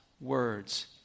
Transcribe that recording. words